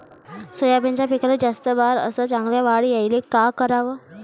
सोयाबीनच्या पिकाले जास्त बार अस चांगल्या वाढ यायले का कराव?